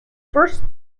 first